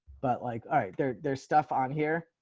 but like, all right, there's there's stuff on here.